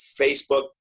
Facebook